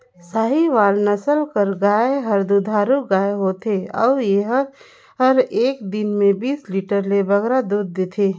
साहीवाल नसल कर गाय हर दुधारू गाय होथे अउ एहर एक दिन में बीस लीटर ले बगरा दूद देथे